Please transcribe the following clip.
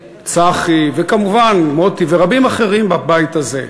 צחי, וכמובן מוטי, ורבים אחרים בבית הזה.